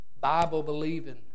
Bible-believing